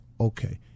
okay